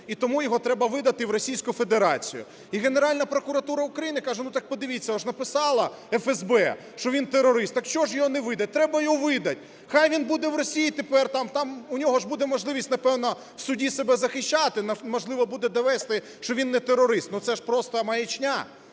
і тому його треба видати в Російську Федерацію. І Генеральна прокуратура України каже, ну так подивіться, от же написала ФСБ, що він терорист, так чого ж його не видати? Треба його видати! Хай він буде в Росії тепер там, там у нього ж буде можливість, напевно, в суді себе захищати, можливо буде довести, що він не терорист. Ну, це ж просто маячня,